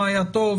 מה היה טוב,